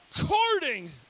according